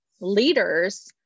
leaders